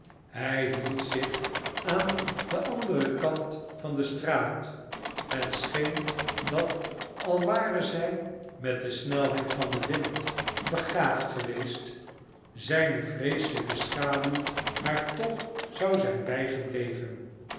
hij hield zich aan den anderen kant van de straat het scheen dat al ware zij met de snelheid van den wind begaafd geweest zijne vreeselijke schaduw haar toen zou zijn bijgebleven